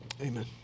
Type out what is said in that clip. amen